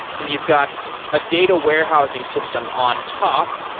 and you've got a data warehousing system on top.